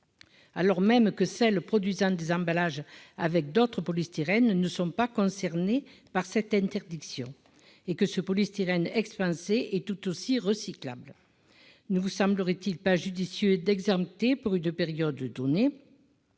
alors même que celles produisant des emballages avec d'autres, polystyrène, nous ne sommes pas concernés par cette interdiction, et que ce polystyrène expansé et tout aussi recyclables ne vous semblerait-il pas judicieux d'exalter pour une période donnée,